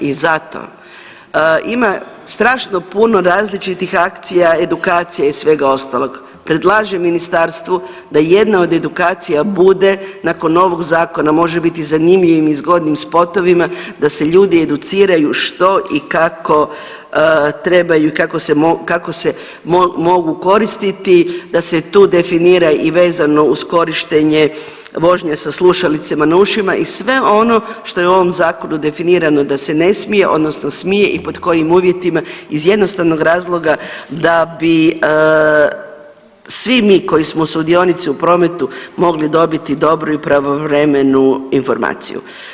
I zato ima strašno puno različitih akcija, edukacija i svega ostalog, predlažem ministarstvu da jedna od edukacija bude nakon ovog zakona može biti zanimljivim i zgodnim spotovima da se ljudi educiraju što i kako trebaju i kako se mogu koristiti da se tu definira i vezano uz korištenje vožnje sa slušalicama na ušima i sve ono što je u ovom zakonu definirano da se ne smije odnosno smije i pod kojim uvjetima iz jednostavnog razloga da bi svi mi koji smo sudionici u prometu mogli dobiti dobru i pravovremenu informaciju.